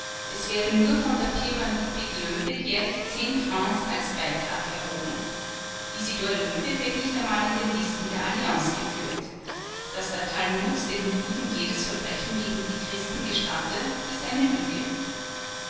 es werden nur von der firma ludwig löwe jährlich fr francs als beitrag erhoben isidor löwe wird nicht einmal in den listen der alliance geführt daß der talmud den juden jedes verbrechen gegen die christen gestatte ist eine lüge